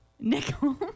Nickel